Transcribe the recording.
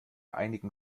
einigen